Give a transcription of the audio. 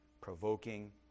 provoking